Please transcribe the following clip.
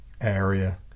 area